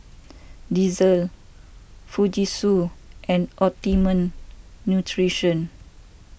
Delsey Fujitsu and Optimum Nutrition